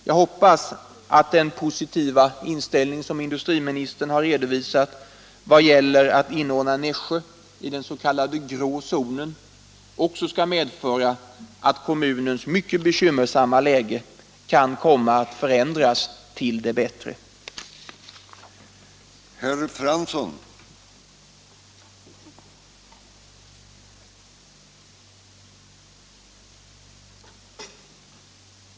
Jag hoppas att den positiva inställning som industriministern har redovisat i vad gäller att inordna Nässjö i den s.k. grå zonen också skall medföra att kommunens mycket bekymmersamma läge kan komma att förändras till det bättre. främjande åtgärder